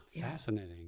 fascinating